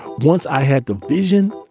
once i had the vision,